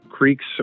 creeks